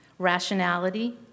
Rationality